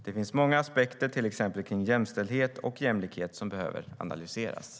Det finns många aspekter, till exempel kring jämställdhet och jämlikhet, som behöver analyseras.